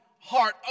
heart